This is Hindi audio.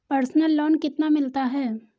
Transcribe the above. पर्सनल लोन कितना मिलता है?